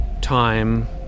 time